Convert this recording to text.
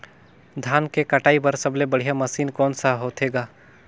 धान के कटाई बर सबले बढ़िया मशीन कोन सा होथे ग?